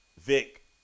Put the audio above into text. Vic